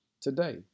Today